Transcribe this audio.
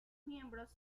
miembros